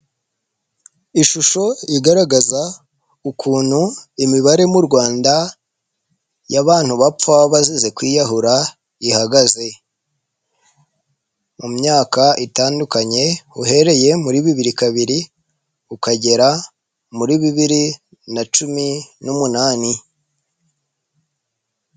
Ishusho igaragaza ukuntu imibare mu Rwanda y'abantu bapfa bazize kwiyahura ihagaze, mu myaka itandukanye uhereye muri bibiri kabiri ukagera muri bibiri na cumi n'umunani.